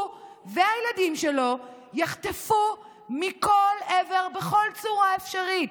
הוא והילדים שלו יחטפו מכל עבר בכל צורה אפשרית,